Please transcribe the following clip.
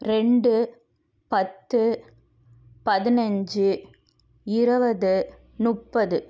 ரெண்டு பத்து பதினைஞ்சு இருபது முப்பது